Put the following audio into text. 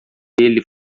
ele